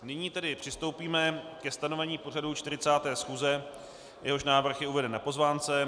Nyní tedy přistoupíme ke stanovení pořadu 40. schůze, jehož návrh je uveden na pozvánce.